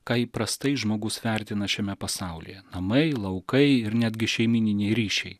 ką įprastai žmogus vertina šiame pasaulyje namai laukai ir netgi šeimyniniai ryšiai